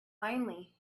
finally